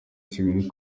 kigali